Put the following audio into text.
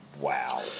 Wow